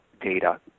data